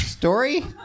Story